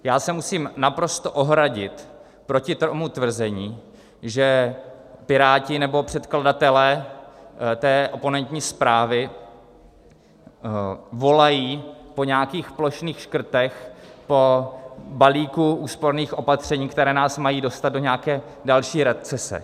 Já se musím naprosto ohradit proti tomu tvrzení, že Piráti nebo předkladatelé té oponentní zprávy volají po nějakých plošných škrtech, po balíku úsporných opatření, která nás mají dostat do nějaké další recese.